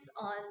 on